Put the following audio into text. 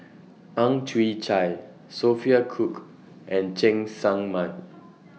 Ang Chwee Chai Sophia Cooke and Cheng Tsang Man